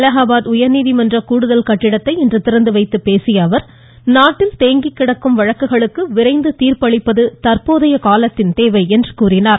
அலகாபாத்தில் உயர்நீதிமன்ற கூடுதல் கட்டடத்தை இன்று திறந்து வைத்துப் பேசிய அவர் நாட்டில் தேங்கி கிடக்கும் வழக்குகளுக்கு விரைந்து தீர்ப்பு அளிப்பது தந்போதைய காலத்தின் தேவை என்று கூறினார்